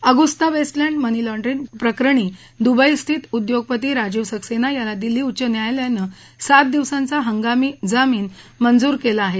Agusta Westland money laundering प्रकरणी दुबईस्थित उद्योगपती राजीव सक्सेना याला दिल्ली उच्च न्यायालयानं सात दिवसांचा हंगामी जामीन मंजूर केला आहे